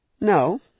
no